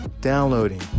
downloading